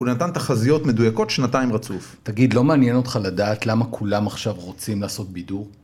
הוא נתן תחזיות מדויקות שנתיים רצוף תגיד, לא מעניין אותך לדעת למה כולם עכשיו רוצים לעשות בידור?